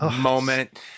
moment